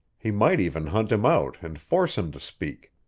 he might even hunt him out and force him to speak.